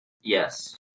yes